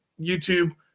YouTube